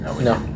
no